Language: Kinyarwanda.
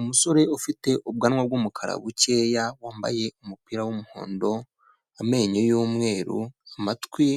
Umusore ufite ubwanwa bw'umukara bukeya, wambaye umupira w'umuhondo, amenyo y'umweru, amatwi,